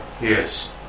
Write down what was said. Yes